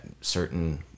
certain